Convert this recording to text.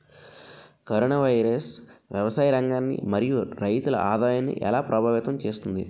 Corona virus వ్యవసాయ రంగాన్ని మరియు రైతుల ఆదాయాన్ని ఎలా ప్రభావితం చేస్తుంది?